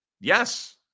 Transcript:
yes